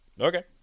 Okay